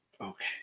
Okay